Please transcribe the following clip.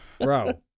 Bro